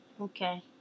Okay